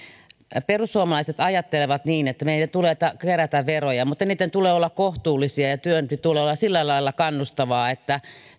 perussuomalaiset ajattelevat niin että meidän tulee kerätä veroja mutta niitten tulee olla kohtuullisia ja työn tulee olla sillä lailla kannustavaa että